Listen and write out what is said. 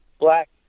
black